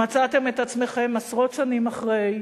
מצאתם את עצמכם, עשרות שנים אחרי,